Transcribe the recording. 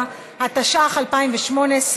התשע"ה 2015,